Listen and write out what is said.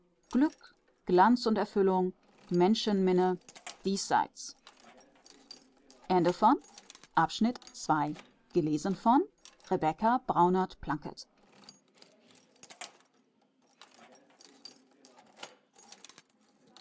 sonnenblendung glanz und erfüllung menschenminne diesseits